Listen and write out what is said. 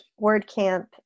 WordCamp